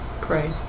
pray